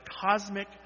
cosmic